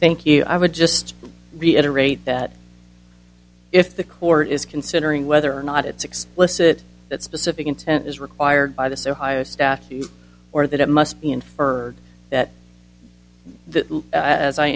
thank you i would just reiterate that if the court is considering whether or not it's explicit that specific intent is required by this ohio statute or that it must be inferred that